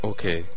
Okay